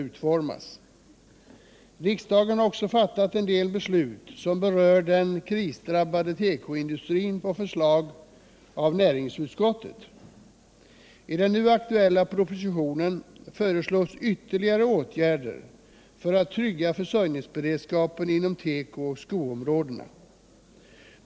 Riksdagen har också på förslag av näringsutskottet fattat en del beslut som berör den krisdrabbade tekoindustrin. I den nu aktuella propositionen föreslås ytterligare åtgärder för att trygga försörjningsberedskapen inom teko och skoområdena.